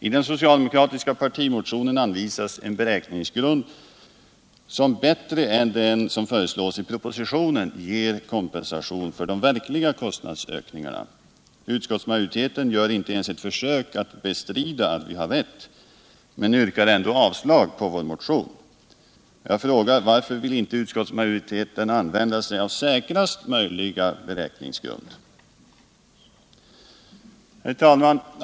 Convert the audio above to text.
I den socialdemokratiska partimotionen anvisas en beräkningsmetod som bättre än den som föreslås i propositionen ger kompensation för de verkliga kostnadsökningarna. Utskottmajoriteten gör inte ens ett försök att bestrida att vi har rätt men yrkar ändå avslag på vår motion. Varför vill inte utskottsmajoriteten använda sig av säkraste möjliga beräkningsgrund?